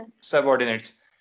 subordinates